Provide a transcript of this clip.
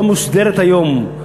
לא מוסדרים היום,